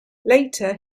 later